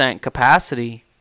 capacity